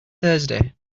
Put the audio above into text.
thursday